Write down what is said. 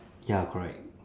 ya correct